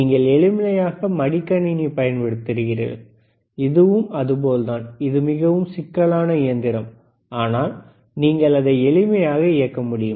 நீங்கள் எளிமையாக மடிக்கணினியை பயன்படுத்துகிறீர்கள் இதுவும் அது போலதான் இது மிகவும் சிக்கலான இயந்திரம் ஆனால் நீங்கள் அதை எளிமையாக இயக்க முடியும்